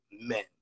men